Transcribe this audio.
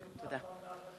היום יום מיוחד.